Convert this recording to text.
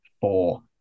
four